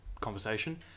conversation